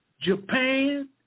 Japan